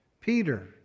Peter